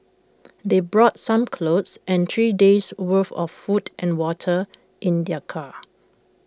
they brought some clothes and three days' worth of food and water in their car